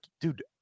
dude